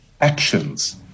actions